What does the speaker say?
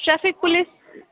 traffic police